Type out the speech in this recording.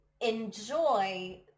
enjoy